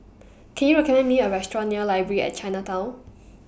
Can YOU recommend Me A Restaurant near Library At Chinatown